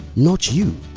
not you.